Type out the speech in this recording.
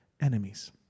enemies